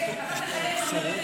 קודם כול,